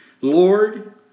Lord